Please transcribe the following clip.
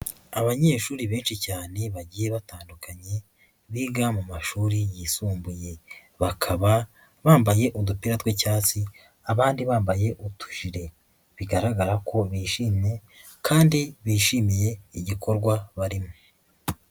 Abanyeshuri benshi cyane bagiye batandukanye biga mu mashuri yisumbuye bakaba bambaye udupira tw'icyatsi abandi bambaye utujire bigaragara ko bishimye kandi bishimiye igikorwa barimo.